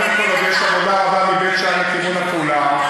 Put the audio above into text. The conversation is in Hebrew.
קודם כול עוד יש עבודה רבה מבית-שאן לכיוון עפולה,